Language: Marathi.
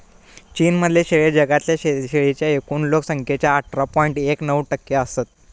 चीन मधले शेळे जगातल्या शेळींच्या एकूण लोक संख्येच्या अठरा पॉइंट एक नऊ टक्के असत